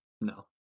No